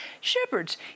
Shepherds